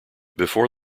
before